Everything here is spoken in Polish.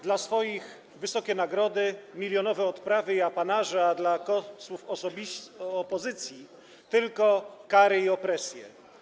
Dla swoich - wysokie nagrody, milionowe odprawy i apanaże, a dla posłów opozycji tylko kary i opresje.